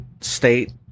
state